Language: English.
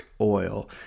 oil